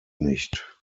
nicht